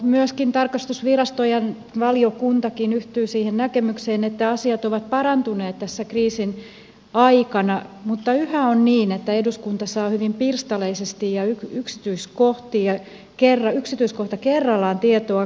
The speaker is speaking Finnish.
myöskin tarkastusvirasto ja valiokuntakin yhtyivät siihen näkemykseen että asiat ovat parantuneet tässä kriisin aikana mutta yhä on niin että eduskunta saa hyvin pirstaleisesti ja yksityiskohta kerrallaan tietoa